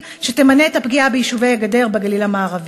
שתמנע את הפגיעה ביישובי הגדר בגליל המערבי.